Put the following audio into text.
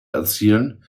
erzielen